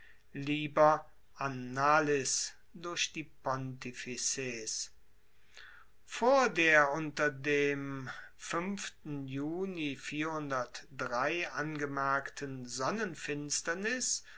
liber annalis durch die pontifices vor der unter dem juni